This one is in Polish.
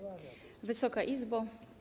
Wysoka Izbo!